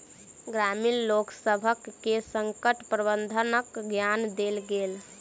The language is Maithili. ग्रामीण लोकसभ के संकट प्रबंधनक ज्ञान देल गेल